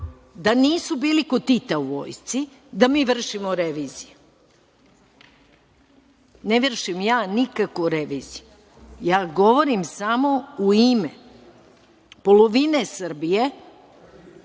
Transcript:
da nisu bili kod Tita u vojsci da mi vršimo revizije. Ne vršim ja nikakvu reviziju, ja govorim samo u ime polovine Srbije